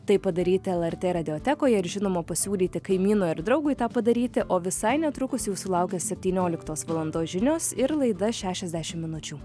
tai padaryti lrt radiotekoje ir žinoma pasiūlyti kaimynui ar draugui tą padaryti o visai netrukus jau sulaukę septynioliktos valandos žinios ir laida šešiasdešim minučių